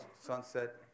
Sunset